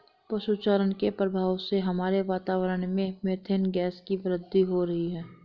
पशु चारण के प्रभाव से हमारे वातावरण में मेथेन गैस की वृद्धि हो रही है